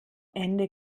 ende